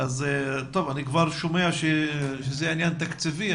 טוב, אני כבר שומע שזה עניין תקציבי.